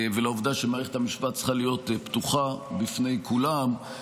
ולעובדה שמערכת המשפט צריכה להיות פתוחה בפני כולם,